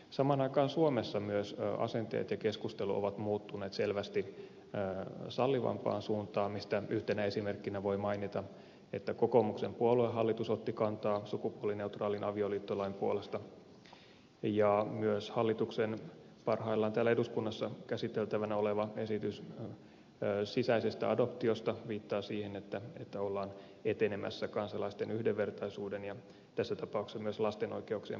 samaan aikaan suomessa myös asenteet ja keskustelu ovat muuttuneet selvästi sallivampaan suuntaan mistä yhtenä esimerkkinä voi mainita että kokoomuksen puoluehallitus otti kantaa sukupuolineutraalin avioliittolain puolesta ja myös hallituksen parhaillaan täällä eduskunnassa käsiteltävänä oleva esitys sisäisestä adoptiosta viittaa siihen että ollaan etenemässä kansalaisten yhdenvertaisuuden ja tässä tapauksessa myös lasten oikeuksien parantamisen tiellä